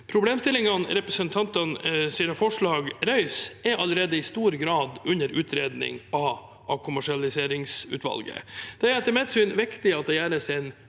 Problemstillingene representantenes forslag reiser, er allerede i stor grad under utredning av avkommersialiseringsutvalget. Det er etter mitt syn viktig at det gjøres en